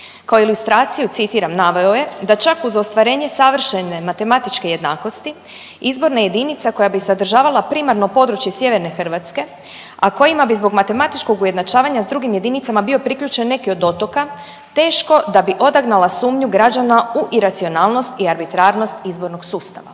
Kao ilustraciju citiram naveo je „da čak uz ostvarenje savršene matematičke jednakosti izborna jedinica koja bi sadržavala primarno područje Sjeverne Hrvatske, a kojima bi zbog matematičkog ujednačavanja s drugim jedinicama bio priključen neki od otoka teško da bi odagnala sumnju građana u iracionalnost i arbitrarnost izbornog sustava“,